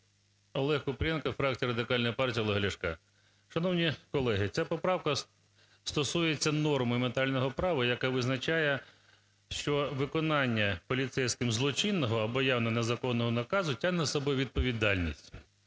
ОлегКупрієнко, фракція Радикальної партії Олега Ляшка. Шановні колеги, ця поправка стосується норми ментального права, яка визначає, що виконання поліцейським злочинного або явно незаконного наказу тягне за собою відповідальність.